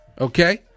okay